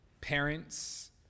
parents